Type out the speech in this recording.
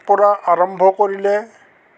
পৰা আৰম্ভ কৰিলে